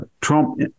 trump